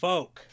Folk